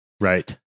Right